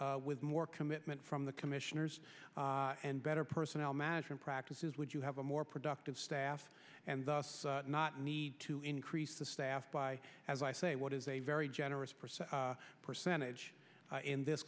leadership with more commitment from the commissioners and better personnel management practices would you have a more productive staff and thus not need to increase the staff by as i say what is a very generous percentage in this